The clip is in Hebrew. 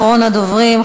אחרון הדוברים,